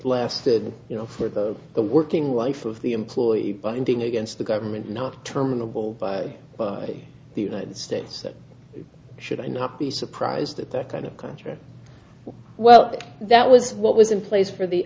lasted for the working wife of the employee but ending against the government not terminable by the united states should i not be surprised at the kind of country well that was what was in place for the